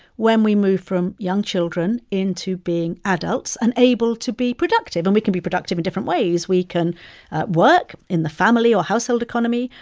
when we move from young children into being adults and able to be productive. and we can be productive in different ways. we can work in the family or household economy.